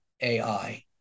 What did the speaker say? AI